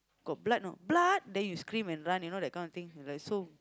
got blood not blood then you scream and run you know that kind of thing is like so